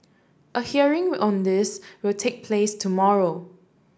a hearing on this will take place tomorrow